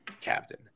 Captain